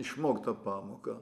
išmoktą pamoką